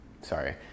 sorry